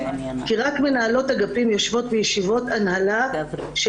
כי רק מנהלות אגפים יושבות בישיבות הנהלה של